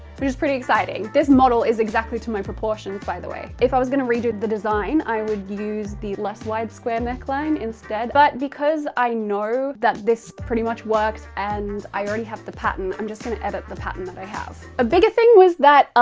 which is pretty exciting. this model is exactly to my proportions, by the way. if i was gonna redo the design, i would use the less wide square neckline instead. but because i know that this pretty much works and i already have the pattern, i'm just gonna edit the pattern that i have. a bigger thing was that, ah